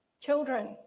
Children